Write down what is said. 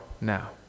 now